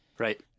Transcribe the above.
Right